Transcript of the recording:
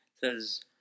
says